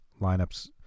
lineups